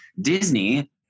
Disney